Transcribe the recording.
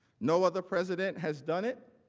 no other president has done it.